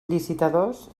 licitadors